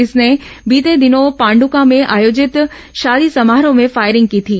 इसने बीते दिनों पांडका में आयोजित शादी समारोह में फायरिंग की थी